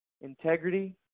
integrity